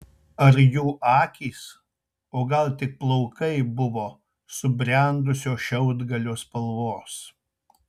ar jų akys o gal tik plaukai buvo subrendusio šiaudgalio spalvos